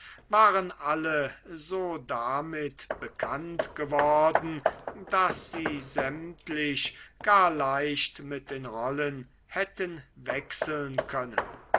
waren alle so damit bekannt geworden daß sie sämtlich gar leicht mit den rollen hätten wechseln können